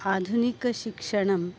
आधुनिकशिक्षणं